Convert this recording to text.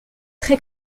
très